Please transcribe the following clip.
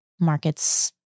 markets